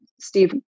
Steve